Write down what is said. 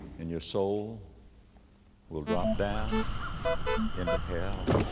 and your soul will drop down into hell.